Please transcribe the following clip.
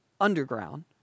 underground